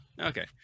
Okay